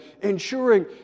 ensuring